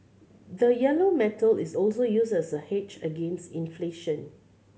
the yellow metal is also used as a hedge against inflation